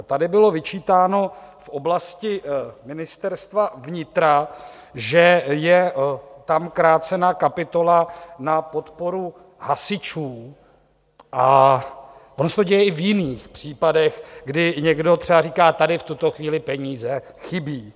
Tady bylo vyčítáno v oblasti Ministerstva vnitra, že je tam krácena kapitola na podporu hasičů, a ono se to děje i v jiných případech, kdy někdo třeba říká, tady v tuto chvíli peníze chybí.